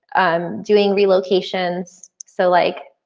doing relocations, so like